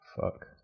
Fuck